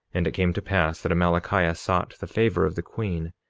and it came to pass that amalickiah sought the favor of the queen,